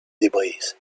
debris